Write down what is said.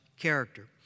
character